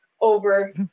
over